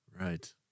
Right